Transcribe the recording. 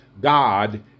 God